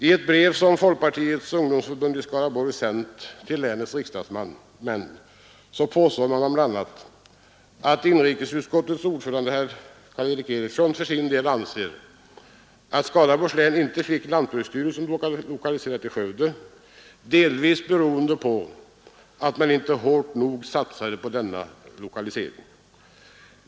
I ett brev som Folkpartiets ungdomsförbund i Skaraborg sänt till länets riksdagsmän påstår man bl.a. att inrikesutskottets ordförande herr Karl Erik Eriksson för sin del anser att när Skaraborgs län inte fick lantbruksstyrelsen lokaliserad till Skövde berodde det delvis på att man inte hårt nog satsade på denna lokalisering.